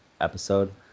episode